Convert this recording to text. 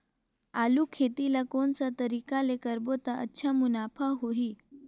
आलू खेती ला कोन सा तरीका ले करबो त अच्छा मुनाफा होही?